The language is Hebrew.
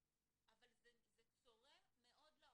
אבל זה צורם מאוד לאוזן,